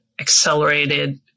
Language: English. accelerated